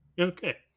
okay